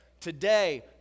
Today